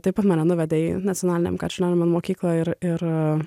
taip pat mane nuvedė į nacionalinę menų mokyklą ir ir